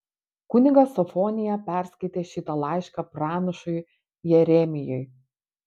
kunigas sofonija perskaitė šitą laišką pranašui jeremijui